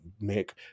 make